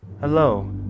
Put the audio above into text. Hello